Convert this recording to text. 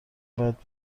باید